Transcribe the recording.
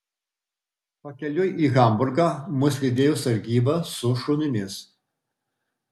pakeliui į hamburgą mus lydėjo sargyba su šunimis